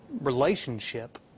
relationship